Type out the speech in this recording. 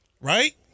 right